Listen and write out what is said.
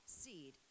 seed